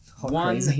one